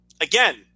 again